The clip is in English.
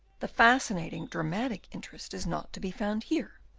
the fascinating, dramatic interest, is not to be found here.